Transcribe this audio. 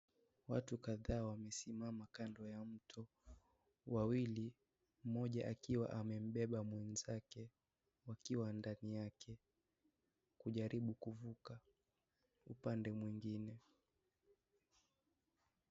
Watu kadhaa wamesimama kando ya mto. Wawili, moja akiwa amembeba mwenzake, wakiwa ndani yake. Kujaribu kuvuka upande mwingine.